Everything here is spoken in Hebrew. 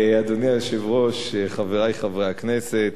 אדוני היושב-ראש, חברי חברי הכנסת,